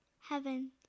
Heaven